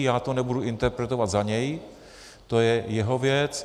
Já to nebudu interpretovat za něj, to je jeho věc.